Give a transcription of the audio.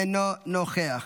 אינו נוכח,